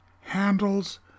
handles